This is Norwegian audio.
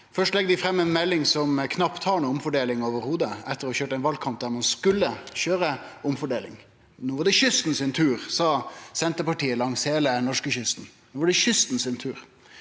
Først legg dei fram ei melding som knapt har noka omfordeling i det heile, etter ein valkamp der ein skulle køyre omfordeling. No er det kysten sin tur, sa Senterpartiet langs heile norskekysten. No var det kysten sin tur.